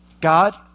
God